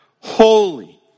holy